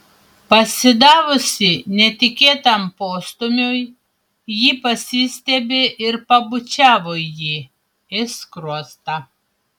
pasidavusi netikėtam postūmiui ji pasistiebė ir pabučiavo jį į skruostą